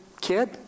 kid